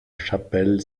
chapelle